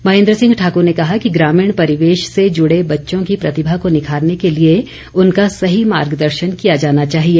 महेन्द्र सिंह ठाकूर ने कहा कि ग्रामीण परिवेश से जुड़े बच्चों की प्रतिभा को निखारने के लिए उनका सही मार्ग दर्शन किया जाना चाहिए